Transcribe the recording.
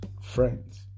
friends